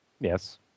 Yes